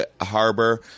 harbor